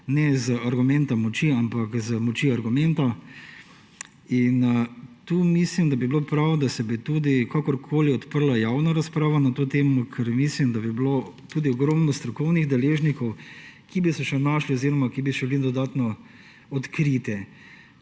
ne z argumentom moči, ampak z močjo argumenta. Mislim, da bi bilo prav, da bi se tudi kakorkoli odprla javna razprava na to temo, ker mislim, da bi bilo tudi ogromno strokovnih deležnikov, ki bi se še našli oziroma ki bi bili še dodatno odkriti.